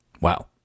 Wow